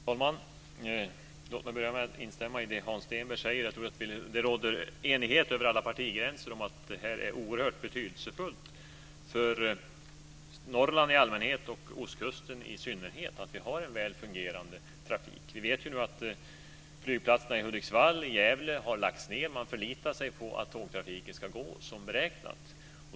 Fru talman! Låt mig börja med att instämma i det som Hans Stenberg säger, att det råder enighet över alla partigränser om att det är oerhört betydelsefullt för Norrland i allmänhet och ostkusten i synnerhet att vi har en väl fungerande trafik. Som bekant har flygplatserna i Hudiksvall och Gävle har lagts ned. Man förlitar sig på att tågtrafiken ska fungera som beräknat.